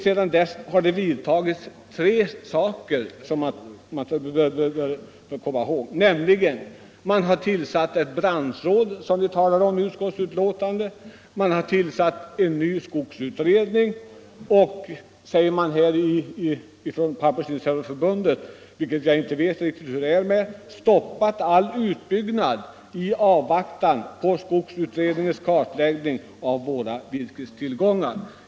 Sedan dess har det vidtagits tre åtgärder. Man har tillsatt ett branschråd, som vi framhåller i utskottsbetänkandet. Man har också tillsatt en ny skogsutredning. Vidare säger Pappersindustriarbetareförbundet — jag vet inte riktigt hur det är med det — att man stoppat all utbyggnad i avvaktan på skogsutredningens kartläggning av våra virkestillgångar.